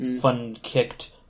fun-kicked